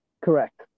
correct